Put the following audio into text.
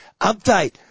Update